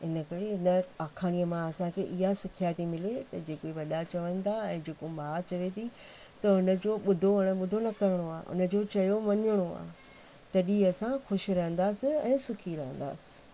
इनजे करे हिन आख़ाणीअ मां असांखे इहा सिखिया थी मिले त जे कोई वॾा चवनि था ऐं जेको माउ चवे थी त हुनजो ॿुधो अणॿुधो न करणो आहे हुनजो चयो मञणो आहे तॾहिं असां ख़ुशि रहंदासीं ऐं सुखी रहंदासीं